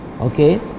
Okay